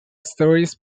stories